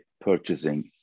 purchasing